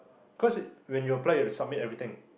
cause it when you apply you to submit everything